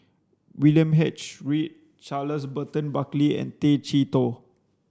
William H Read Charles Burton Buckley and Tay Chee Toh